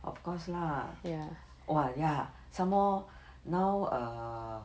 of course lah !wah! ya some more now err